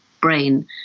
brain